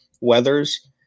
Weathers